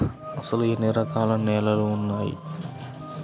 అసలు ఎన్ని రకాల నేలలు వున్నాయి?